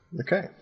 Okay